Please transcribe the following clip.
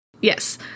yes